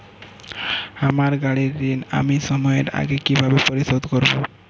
আমার গাড়ির ঋণ আমি সময়ের আগে কিভাবে পরিশোধ করবো?